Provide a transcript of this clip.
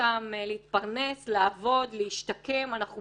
להתפרנס, לעבוד להשתקם וכו'.